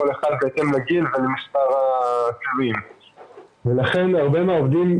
כל אחד בהתאם לגיל ולמספר --- ולכן עכשיו הרבה מהעובדים,